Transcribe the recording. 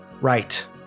right